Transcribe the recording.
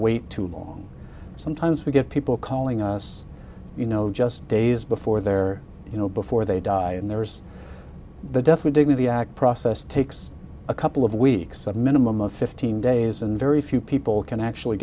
wait too long sometimes we get people calling us you know just days before their you know before they die and there's the death with dignity act process takes a couple of weeks a minimum of fifteen days and very few people can actually